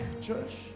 church